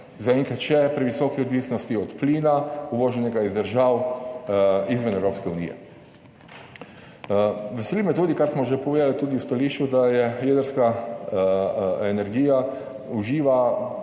še previsoki odvisnosti od plina, uvoženega iz držav izven Evropske unije. Veseli me tudi, kar smo že povedali v stališču, da jedrska energija uživa